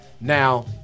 Now